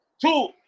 Two